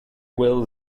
will